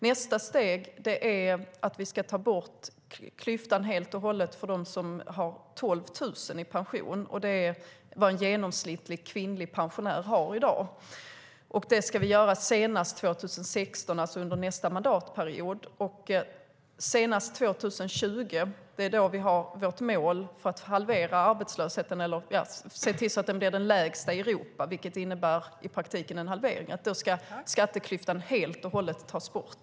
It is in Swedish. Nästa steg är att vi ska ta bort klyftan helt och hållet för dem som har 12 000 i pension - det är vad en genomsnittlig kvinnlig pensionär har i dag. Det ska vi göra senast 2016, alltså under nästa mandatperiod. Och senast 2020 - det är då vi har vårt mål att halvera arbetslösheten eller se till att den blir den lägsta i Europa, vilket i praktiken innebär en halvering - ska skatteklyftan tas bort helt och hållet.